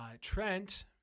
Trent